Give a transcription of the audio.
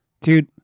dude